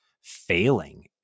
failing